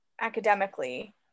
academically